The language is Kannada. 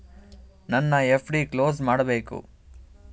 ನನ್ನ ಎಫ್.ಡಿ ಕ್ಲೋಸ್ ಮಾಡಬೇಕು